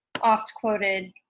oft-quoted